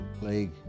plague